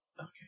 Okay